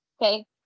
okay